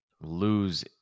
lose